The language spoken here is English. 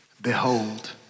Behold